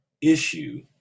issue